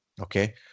okay